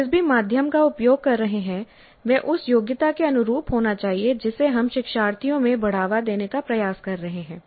हम जिस भी माध्यम का उपयोग कर रहे हैं वह उस योग्यता के अनुरूप होना चाहिए जिसे हम शिक्षार्थियों में बढ़ावा देने का प्रयास कर रहे हैं